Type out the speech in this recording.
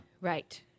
Right